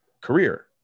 career